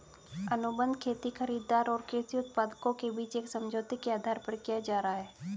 अनुबंध खेती खरीदार और कृषि उत्पादकों के बीच एक समझौते के आधार पर किया जा रहा है